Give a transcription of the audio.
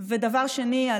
ודבר שני,